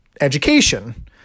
education